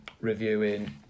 reviewing